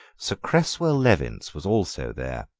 sir creswell levinz was also there,